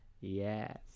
Yes